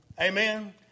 Amen